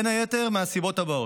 בין היתר מהסיבות הבאות: